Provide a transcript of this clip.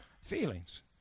feelings